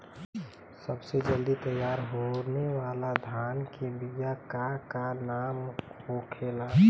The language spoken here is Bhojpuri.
सबसे जल्दी तैयार होने वाला धान के बिया का का नाम होखेला?